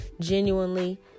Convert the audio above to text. genuinely